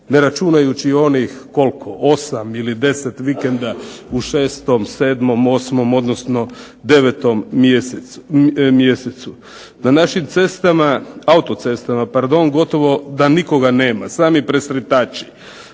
ne računajući onih koliko 8 ili 10 vikenda u 6., 7., 8. i 9. mjesecu. Na našim autocestama gotovo da nikoga nema, sami presretači,